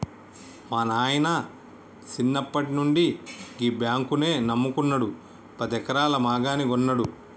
మా నాయిన సిన్నప్పట్నుండి గీ బాంకునే నమ్ముకున్నడు, పదెకరాల మాగాని గొన్నడు